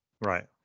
right